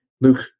Luke